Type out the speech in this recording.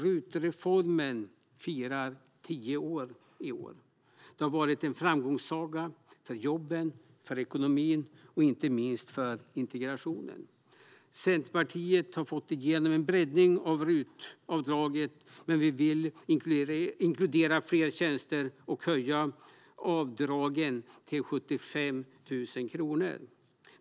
RUT-reformen firar 10 år i år. Det har varit en framgångssaga för jobben, för ekonomin och inte minst för integrationen. Centerpartiet har fått igenom en breddning av RUT-avdraget, men vi vill inkludera fler tjänster och höja avdraget till 75 000 kronor.